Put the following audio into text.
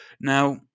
Now